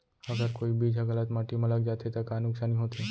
अगर कोई बीज ह गलत माटी म लग जाथे त का नुकसान होथे?